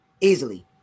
easily